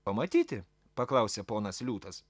pamatyti paklausė ponas liūtas